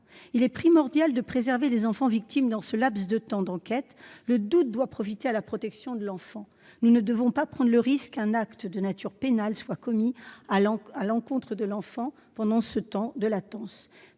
Il est primordial de préserver les enfants victimes durant le temps de l'enquête. Le doute doit profiter à la protection de l'enfant. Nous ne devons pas prendre le risque qu'un acte de nature pénale soit commis contre l'enfant pendant ce temps de latence.